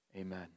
Amen